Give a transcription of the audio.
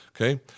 Okay